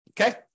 Okay